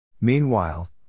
Meanwhile